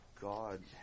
God